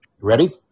Ready